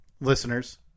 listeners